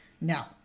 Now